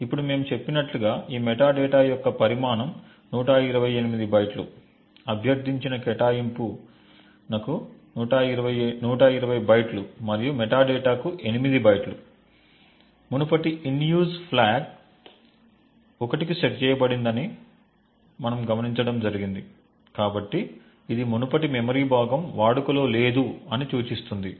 ఇప్పుడు మేము చెప్పినట్లుగా ఈ మెటాడేటా యొక్క పరిమాణం 128 బైట్లు అభ్యర్థించిన కేటాయింపుకు 120 బైట్లు మరియు మెటాడేటాకు 8 బైట్లు మునుపటి in use ఫ్లాగ్ 1 కు సెట్ చేయబడిందని కూడా మనం గమనించాము కాబట్టి ఇది మునుపటి మెమరీ భాగం వాడుకలో లేదు అని సూచిస్తుంది